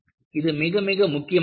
இது மிக மிக முக்கியமானது